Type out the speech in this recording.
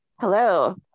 Hello